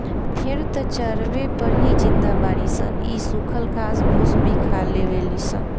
भेड़ त चारवे पर ही जिंदा बाड़ी सन इ सुखल घास फूस भी खा लेवे ली सन